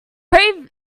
pray